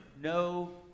no